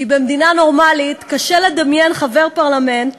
כי במדינה נורמלית קשה לדמיין חבר פרלמנט